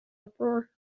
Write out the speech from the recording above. uproar